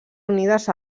unides